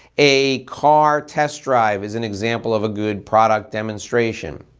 a car test drive is an example of a good product demonstration.